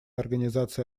организации